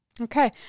Okay